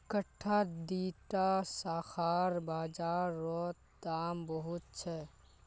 इकट्ठा दीडा शाखार बाजार रोत दाम बहुत छे